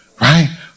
right